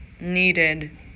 needed